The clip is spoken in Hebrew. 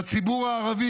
בציבור הערבי,